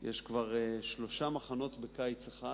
יש שלושה מחנות בקיץ אחד,